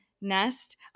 nest